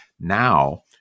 Now